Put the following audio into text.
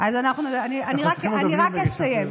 אני רק אסיים.